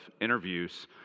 interviews